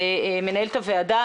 מנהלת הוועדה,